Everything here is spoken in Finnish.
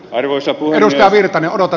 arvoisa virtanen odota